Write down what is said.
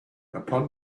upon